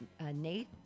Nate